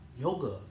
yoga